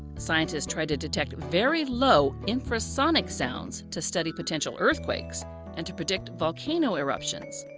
scientists try to detect very low infrasonic sounds to study potential earthquakes and to predict volcano eruptions.